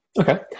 Okay